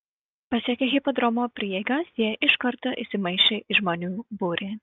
pasiekę hipodromo prieigas jie iš karto įsimaišė į žmonių būrį